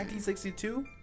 1962